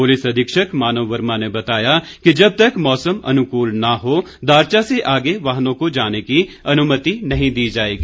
police अधीक्षक मानव वर्मा ने बताया कि जब तक मौसम अनुकूल न हो दारचा से आगे वाहनों को जाने की अनुमति नहीं दी जाएगी